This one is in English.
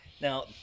Now